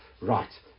right